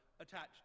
attached